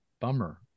bummer